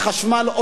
החשמל,